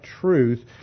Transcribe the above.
truth